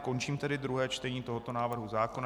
Končím tedy druhé čtení tohoto návrhu zákona.